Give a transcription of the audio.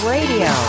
Radio